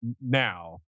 now